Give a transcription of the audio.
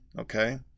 Okay